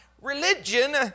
religion